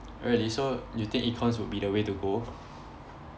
really so you think econs would be the way to go